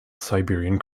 siberian